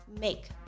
make